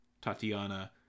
Tatiana